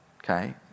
Okay